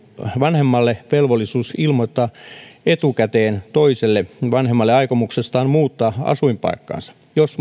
vanhemmalle velvollisuus ilmoittaa etukäteen toiselle vanhemmalle aikomuksestaan muuttaa asuinpaikkaansa jos